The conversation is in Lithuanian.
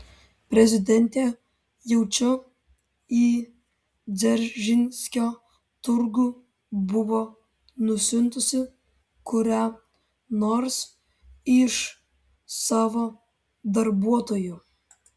prezidentė jaučiu į dzeržinskio turgų buvo nusiuntusi kurią nors iš savo darbuotojų